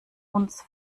uns